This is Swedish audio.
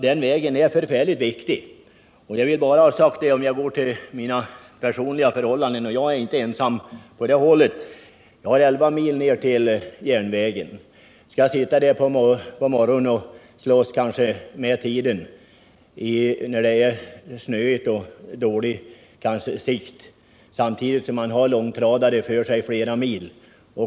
Den vägen är nämligen mycket viktig. Om jag går till mina personliga förhållanden — och jag är inte ensam — vill jag säga att jag har 11 mil ner till järnvägen. Där sitter jag kanske på morgonen och slåss med tiden när det är snöigt och dålig sikt. Samtidigt kan jag ha långtradare framför mig flera mil.